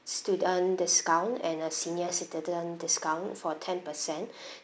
student discount and a senior citizen discount for ten per cent